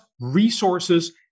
resources